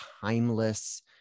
timeless